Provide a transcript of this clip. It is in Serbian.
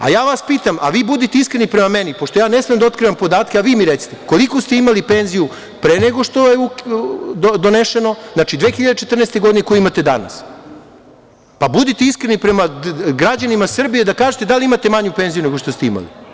Ja vas pitam, a vi budite iskreni prema meni, pošto ja ne smem da otkrivam podatke, a vi mi recite koliko ste imali penziju pre nego što je donošeno, znači 2014. godine, a koju imate danas, pa, budite iskreni prema građanima Srbije da kažete da li imate manju penziju nego što ste imali.